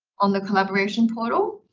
on the collaboration portal.